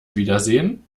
wiedersehen